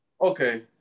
Okay